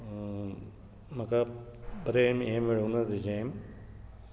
अ म्हाका बरें हे मेळुंक ना तेजे